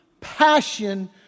passion